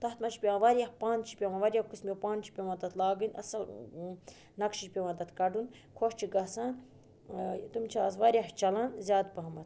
تَتھ منٛز چھِ پٮ۪وان واریاہ پَن چھِ پٮ۪وان واریاہ قٕسمو پانہٕ چھِ پٮ۪وان تَتھ لاگٕنۍ اَصٕل نَقشہِ پٮ۪وان تَتھ کَڑُن خۄش چھُ گَژھان تِم چھِ آز واریاہ چَلان زیادٕ پَہمَتھ